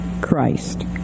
Christ